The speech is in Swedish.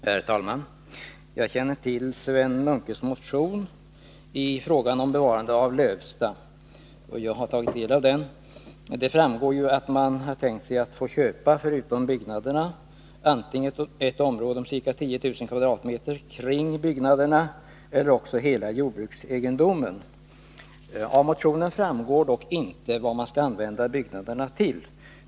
Herr talman! Jag känner till Sven Munkes motion om bevarande av Lövsta, och jag har tagit del av den. Det framgår att hembygdsföreningen har tänkt sig att få köpa, förutom byggnaderna, antingen ett område om ca 10 000 m? kring byggnaderna eller hela jordbruksegendomen. Av motionen framgår dock inte vad man skall använda byggnaderna till.